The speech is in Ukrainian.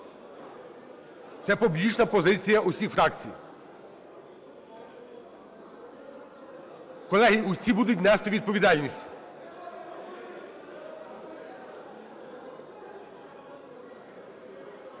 Це публічна позиція усіх фракцій. Колеги, усі будуть нести відповідальність.